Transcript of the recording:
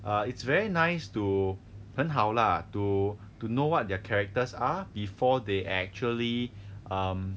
uh it's very nice to 很好 lah to to know what their characters are before they actually um